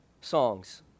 songs